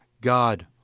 God